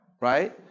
right